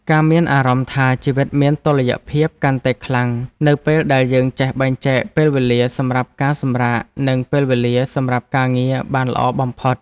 ការមានអារម្មណ៍ថាជីវិតមានតុល្យភាពកាន់តែខ្លាំងនៅពេលដែលយើងចេះបែងចែកពេលវេលាសម្រាប់ការសម្រាកនិងពេលវេលាសម្រាប់ការងារបានល្អបំផុត។